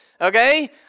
okay